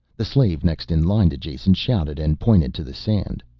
the slave next in line to jason shouted and pointed to the sand.